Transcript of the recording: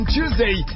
Tuesday